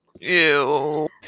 Ew